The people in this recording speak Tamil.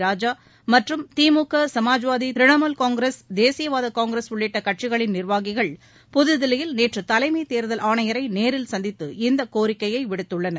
ராஜா மற்றும் திமுக சமாஜ்வாதி திரிணாமுல் காங்கிரஸ் தேசியவாத காங்கிரஸ் உள்ளிட்ட கட்சிகளின் நிர்வாகிகள் புதுதில்லியில் நேற்று தலைமைத் தேர்தல் ஆணையரை நேரில் சந்தித்து இந்த கோரிக்கையை விடுத்துள்ளனர்